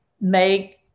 make